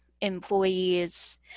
employees